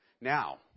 Now